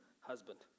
husband